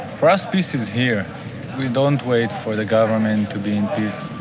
for us peace is here we don't wait for the government to be in peace